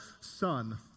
son